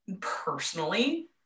personally